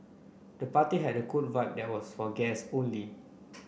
the party had a cooler vibe there was for guest only